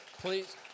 Please